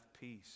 peace